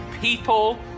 people